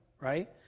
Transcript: right